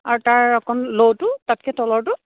আৰু তাৰ অকণ ল'ওটো তাতকৈ তলৰটো